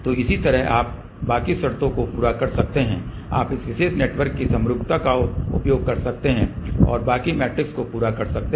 तो इसी तरह आप बाकी शर्तों को पूरा कर सकते हैं आप इस विशेष नेटवर्क की समरूपता का उपयोग कर सकते हैं और बाकी मैट्रिक्स को पूरा कर सकते हैं